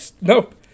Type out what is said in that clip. nope